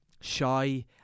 shy